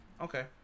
okay